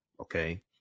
okay